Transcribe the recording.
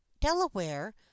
Delaware